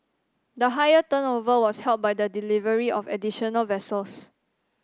the higher turnover was helped by the delivery of additional vessels